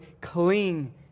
cling